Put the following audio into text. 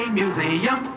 museum